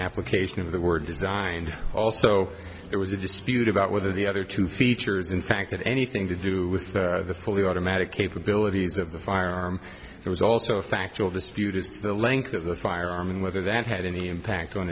application of the word design also there was a dispute about whether the other two features in fact that anything to do with the fully automatic capabilities of the firearm there was also a factual dispute as to the length of the firearm and whether that had any impact on